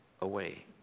away